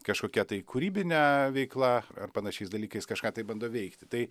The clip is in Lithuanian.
kažkokia tai kūrybine veikla ar panašiais dalykais kažką tai bando veikti tai